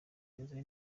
meza